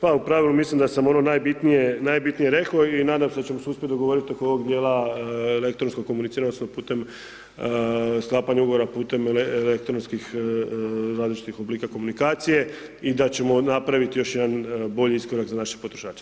Pa u pravilu mislim da sam ono najbitnije rekao i nadam se da ćemo se uspjeti dogovoriti oko ovog dijela elektronskog komuniciranja odnosno putem sklapanja ugovora putem elektronskih različitih oblika komunikacije i da ćemo napraviti još jedan bolji iskorak za naše potrošače.